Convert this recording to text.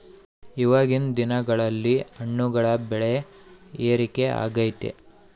ಇವಾಗಿನ್ ದಿನಗಳಲ್ಲಿ ಹಣ್ಣುಗಳ ಬೆಳೆ ಏರಿಕೆ ಆಗೈತೆ